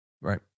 Right